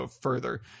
further